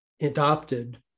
adopted